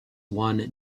one